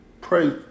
pray